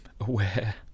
aware